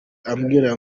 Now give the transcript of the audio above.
ambwira